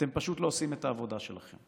אתם פשוט לא עושים את העבודה שלכם.